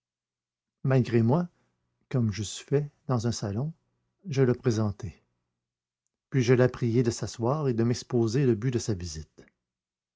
malgré moi comme j'eusse fait dans un salon je le présentai puis je la priai de s'asseoir et de m'exposer le but de sa visite